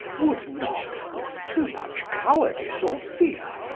would not with too much cowardice or fear,